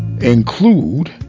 include